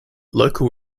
local